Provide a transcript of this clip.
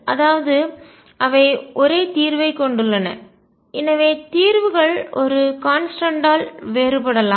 அதாவது அவை ஒரே தீர்வைக் கொண்டுள்ளன எனவே தீர்வுகள் ஒரு கான்ஸ்டன்ட் ஆல் மாறிலி வேறுபடலாம்